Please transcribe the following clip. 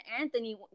Anthony